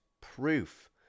proof